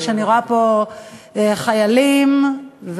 אני רואה פה חיילים וחיילות